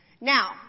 Now